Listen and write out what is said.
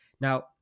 Now